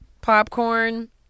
popcorn